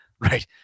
right